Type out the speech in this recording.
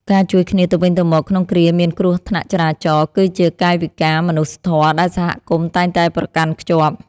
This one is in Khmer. ការជួយគ្នាទៅវិញទៅមកក្នុងគ្រាមានគ្រោះថ្នាក់ចរាចរណ៍ គឺជាកាយវិការមនុស្សធម៌ដែលសហគមន៍តែងតែប្រកាន់ខ្ជាប់។